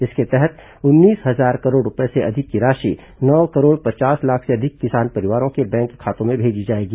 इसके तहत उन्नीस हजार करोड़ रूपये से अधिक की राशि नौ करोड़ पचास लाख से अधिक किसान परिवारों के बैंक खातों में भेजी जाएगी